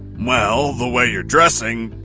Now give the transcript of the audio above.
well, the way you're dressing.